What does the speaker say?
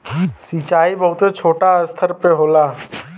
सिंचाई बहुत छोटे स्तर पे होला